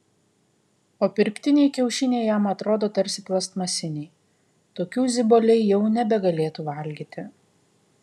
o pirktiniai kiaušiniai jam atrodo tarsi plastmasiniai tokių ziboliai jau nebegalėtų valgyti